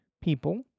people